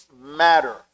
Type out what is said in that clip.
matter